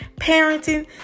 parenting